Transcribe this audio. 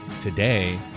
Today